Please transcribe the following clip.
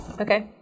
Okay